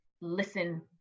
listen